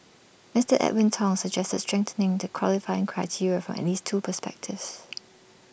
Mister Edwin Tong suggested strengthening the qualifying criteria from at least two perspectives